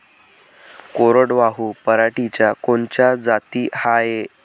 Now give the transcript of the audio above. कोरडवाहू पराटीच्या कोनच्या जाती हाये?